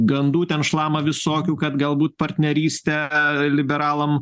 gandų ten šlama visokių kad galbūt partnerystę liberalam